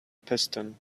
piston